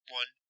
one